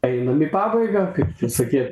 einam į pabaigą kaip visokie